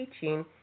teaching